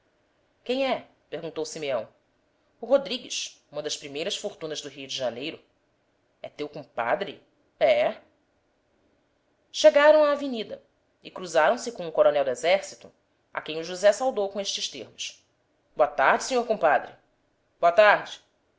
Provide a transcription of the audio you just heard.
quem é perguntou simeão o rodrigues uma das primeiras fortunas do rio de janeiro é teu compadre é chegaram à avenida e cruzaram-se com um coronel do exército a quem o josé saudou com estes termos boa tarde sr compadre boa tarde